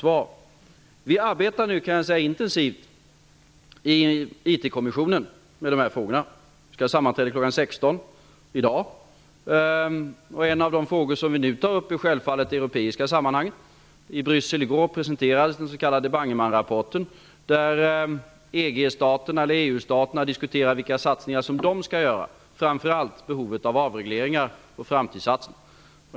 Vi arbetar nu intensivt i IT-kommissionen med dessa frågor. Vi skall ha sammanträde kl. 16.00 i dag. En av de frågor som vi nu tar upp är självfallet det europeiska sammanhanget. I Bryssel i går presenterades den s.k. Bangemannrapporten där EU-staterna diskuterar vilka satsningar som de skall göra och framför allt behovet av avregleringar och framtidssatsningar.